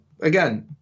again